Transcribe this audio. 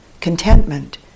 Contentment